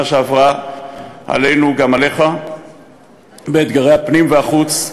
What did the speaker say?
שעברה עלינו וגם עליך באתגרי הפנים והחוץ,